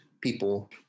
people